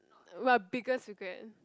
what biggest regret